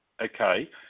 okay